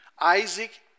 Isaac